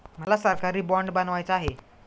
मला सरकारी बाँड बनवायचा आहे